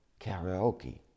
karaoke